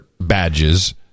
badges